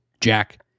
Jack